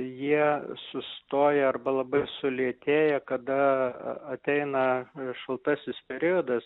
jie sustoja arba labai sulėtėja kada ateina šaltasis periodas